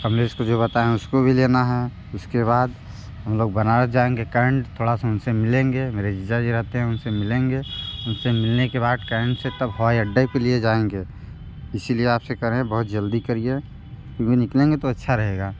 कमलेश को जो बताएँ उसको भी लेना हैं उसके बाद हम लोग बनारस जाएंगे कैंट थोड़ा सा उन से मिलेंगे मेरे जीजा जी रहते हैं उनसे मिलेंगे उन से मिलने के बाद कैंट से तब हवाई अड्डे के लिए जाएंगे इसी लिए आप से कह रहें बहुत जल्दी करिए क्योंकि निकलेंगे तो अच्छा रहेगा